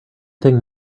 thing